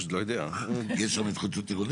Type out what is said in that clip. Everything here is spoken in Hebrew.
יש שם התחדשות עירונית?